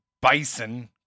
bison